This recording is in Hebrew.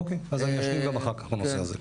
אוקיי אז אני אשלים גם אחר כך את הנושא הזה.